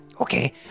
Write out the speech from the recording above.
Okay